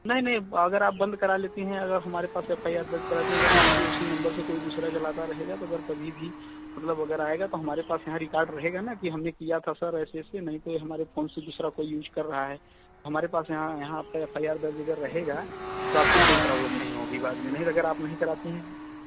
नहीं नहीं अगर आप बंद करा लेती हैं अगर हमारे पास एफ आई आर दर्ज करा लेती है उसी नंबर से कोई दूसरा चलाता रहेगा तो अगर कभी भी मतलब वगैरह आएगा तो हमारे पास यहाँ रिकॉर्ड रहेगा ना कि हमने किया था सर ऐसे ऐसे नहीं फ़िर हमारे फोन से दूसरा कोई यूज कर रहा है हमारे पास यहाँ यहाँ आपका एफ आई आर दर्ज अगर रहेगा तो आपको कोई प्रॉब्लम नहीं होगी बाद में नहीं अगर आप नहीं कराती हैं